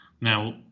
Now